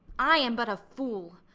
i am but a fool,